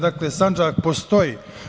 Dakle, Sandžak postoji.